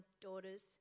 daughters